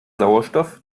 sauerstoff